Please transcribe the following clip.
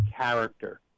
character